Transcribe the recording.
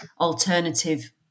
alternative